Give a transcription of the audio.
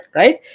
right